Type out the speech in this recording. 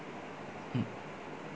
mm